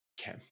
Okay